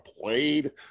played